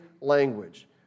language